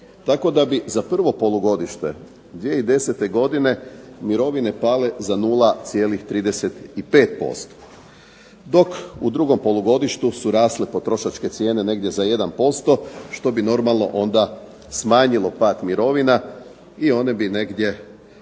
tako da bi za prvo polugodište 2010. godine mirovine pale za 0,35% dok u drugom polugodištu su rasle potrošačke cijene negdje za 1% što bi normalno onda smanjilo pad mirovina i one bi negdje